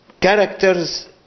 characters